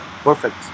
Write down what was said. perfect